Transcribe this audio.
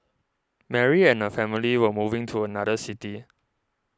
Mary and her family were moving to another city